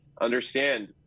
understand